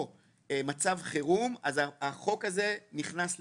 או מצב חירום אז החוק הזה נכנס לתוקף.